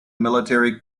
military